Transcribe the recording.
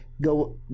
go